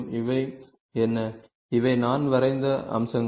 இவை என்ன இவை நான் வரைந்த அம்சங்கள்